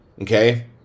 okay